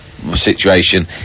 Situation